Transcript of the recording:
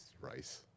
rice